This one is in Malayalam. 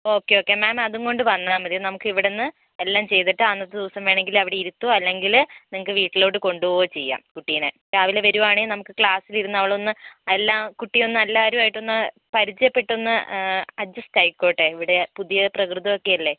ഓക്കെ ഓക്കെ മാം അതും കൊണ്ട് വന്നാൽ മതി നമുക്ക് ഇവിടുന്ന് എല്ലാം ചെയ്തിട്ട് അന്നത്തെ ദിവസം വേണമെങ്കിൽ അവിടെ ഇരുത്തുകയോ അല്ലെങ്കിൽ നിങ്ങൾക്ക് വീട്ടിലോട്ട് കൊണ്ടുപോകുകയോ ചെയ്യാം കുട്ടീനെ രാവിലെ വരുവാണെങ്കിൽ നമുക്ക് ക്ലാസിൽ ഇരുന്ന് അവളൊന്നു എല്ലാം കുട്ടിയൊന്ന് എല്ലാവരുമായിട്ടൊന്ന് പരിചയപ്പെട്ടൊന്ന് അഡ്ജസ്റ്റ് ആയിക്കോട്ടെ ഇവിടെ പുതിയ പ്രകൃതം ഒക്കെ അല്ലേ